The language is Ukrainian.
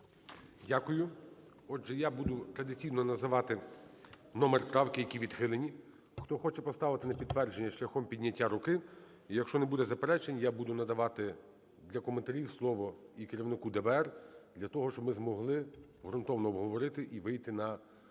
Дякую. Отже, я буду традиційно називати номер правки, які відхилені. Хто хоче поставити на підтвердження, шляхом підняття руки. І якщо не буде заперечень, я буду надавати для коментарів слово і керівнику ДБР для того, щоб ми могли ґрунтовно обговорити і вийти на